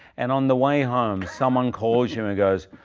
and on the way home, someone calls you and goes,